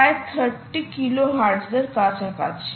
প্রায় 30 kilohertz এর কাছাকাছি